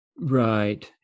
Right